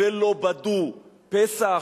ולא בד"ו פסח,